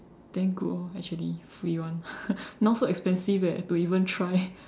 then good orh actually free [one] now so expensive eh to even try